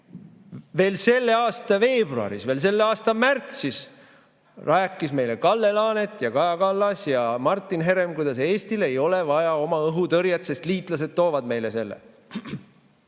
Veel selle aasta veebruaris, veel selle aasta märtsis rääkisid meile Kalle Laanet ja Kaja Kallas ja Martin Herem, kuidas Eestil ei ole vaja oma õhutõrjet, sest liitlased toovad meile selle.